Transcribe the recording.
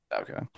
Okay